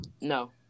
No